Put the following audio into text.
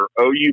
OU